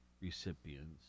recipients